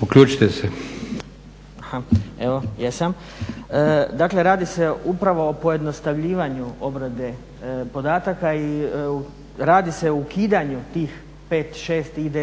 uključen/… Dakle, radi se upravo o pojednostavljivanju obrade podataka i radi se o ukidanju tih pet, šest ID,